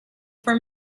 for